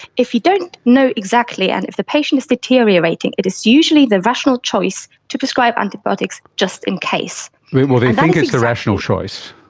if you don't know exactly and if the patient is deteriorating, it is usually the rational choice to prescribe antibiotics just in case. well, they think it's the rational choice,